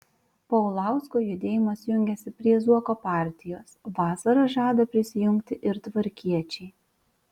paulausko judėjimas jungiasi prie zuoko partijos vasarą žada prisijungti ir tvarkiečiai